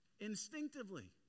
Instinctively